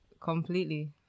Completely